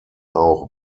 auch